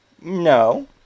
no